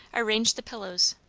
arranged the pillows,